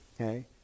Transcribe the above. okay